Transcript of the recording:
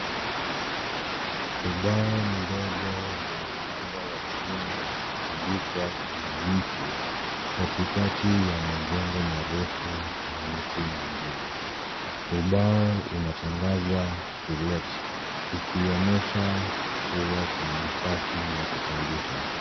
Ubao mdogo wenye namba ya simu umetundikwa kwenye mti katikati ya majengo marefu na miti mingine. Ubao unatangaza To Let ukionyesha kuwa kuna nafasi ya kupangisha.